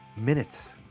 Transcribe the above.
minutes